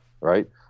right